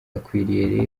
akwiriye